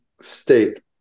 state